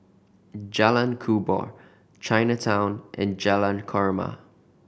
Jalan Kubor Chinatown and Jalan Korma